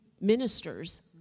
Ministers